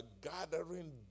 gathering